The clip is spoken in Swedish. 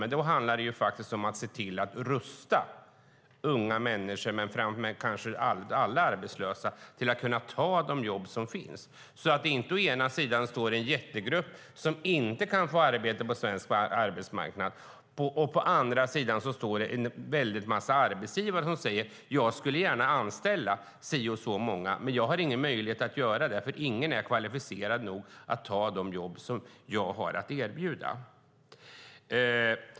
Men det handlar om att se till att rusta unga människor - ja, kanske alla arbetslösa - för att kunna ta de jobb som finns så att det inte å ena sidan finns en jättestor grupp som inte kan få arbete på svensk arbetsmarknad och å andra sidan finns en massa arbetsgivare som säger: Jag skulle gärna anställa si eller så många. Men jag har ingen möjlighet att göra det, för ingen är kvalificerad nog för att ta de jobb som jag har att erbjuda.